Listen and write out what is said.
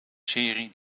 serie